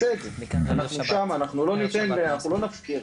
אנחנו שם ולא נפקיר.